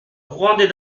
gronder